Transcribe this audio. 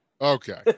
Okay